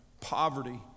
poverty